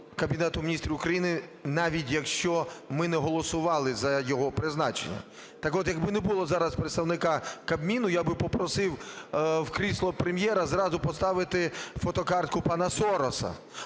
Кабінету Міністрів України, навіть якщо ми не голосували за його призначення, так от, якби не було зараз представника Кабміну, я би попросив в крісло Прем'єра зразу поставити фотокартку пана Сороса